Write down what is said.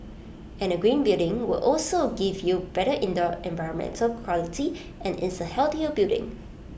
and A green building will also give you better indoor environmental quality and is A healthier building